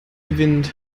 gewinnt